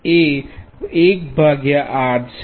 અને આ G જે 1R છે